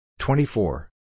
24